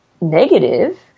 negative